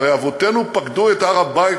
הרי אבותינו פקדו את הר-הבית